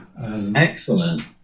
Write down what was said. Excellent